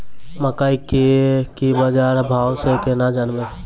मकई के की बाजार भाव से केना जानवे?